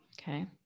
Okay